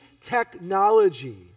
technology